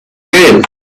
gale